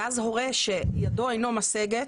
ואז הורה שידו אינה משגת,